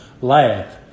laugh